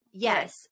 Yes